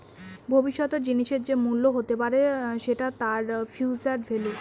ভবিষ্যতের জিনিসের যে মূল্য হতে পারে সেটা তার ফিউচার ভেল্যু